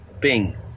Bing